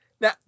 Now